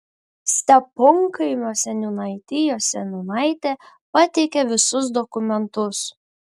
steponkaimio seniūnaitijos seniūnaitė pateikė visus dokumentus